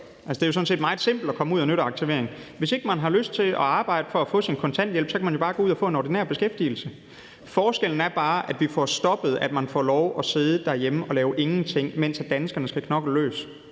det er jo sådan set meget simpelt at komme ud af nytteaktivering; hvis ikke man har lyst til at arbejde for at få sin kontanthjælp, kan man jo bare gå ud og få en ordinær beskæftigelse. Forskellen er bare, at her får vi stoppet det med, at man får lov til at sidde derhjemme og lave ingenting, mens danskerne skal knokle løs.